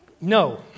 no